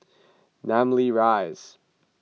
Namly Rise